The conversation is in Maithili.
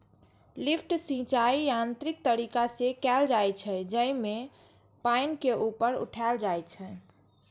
लिफ्ट सिंचाइ यांत्रिक तरीका से कैल जाइ छै, जेमे पानि के ऊपर उठाएल जाइ छै